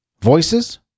voices